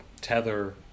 tether